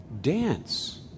dance